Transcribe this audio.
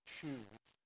Choose